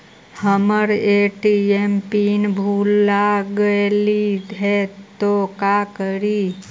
हमर ATM PIN भूला गेली हे, तो का करि?